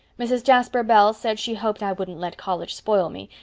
mrs. jasper bell said she hoped i wouldn't let college spoil me,